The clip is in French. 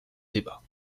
débat